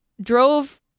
drove